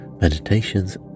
meditations